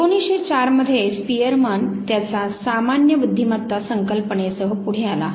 1904 मध्ये स्पीयरमन त्याचा 'सामान्य बुद्धिमता' संकल्पनेसह पुढे आला